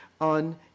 on